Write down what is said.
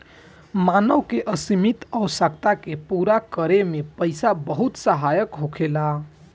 मानव के असीमित आवश्यकता के पूरा करे में पईसा बहुत सहायक होखेला